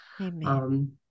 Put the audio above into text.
Amen